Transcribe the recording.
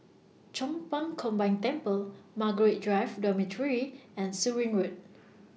Chong Pang Combined Temple Margaret Drive Dormitory and Surin Road